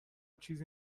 چیزی